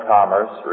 Commerce